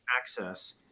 access